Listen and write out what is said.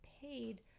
paid